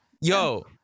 Yo